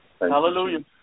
Hallelujah